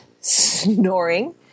snoring